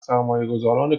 سرمایهگذاران